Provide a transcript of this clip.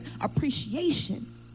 appreciation